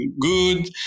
good